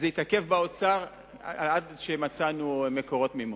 זה התעכב באוצר עד שמצאנו מקורות מימון.